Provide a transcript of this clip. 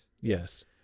Yes